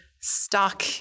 stuck